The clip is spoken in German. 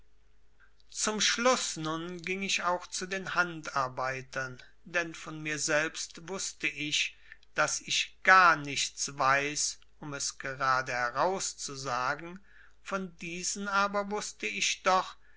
zum schluß nun ging ich auch zu den handarbeitern denn von mir selbst wußte ich daß ich gar nichts weiß um es geradeheraus zu sagen von diesen aber wußte ich doch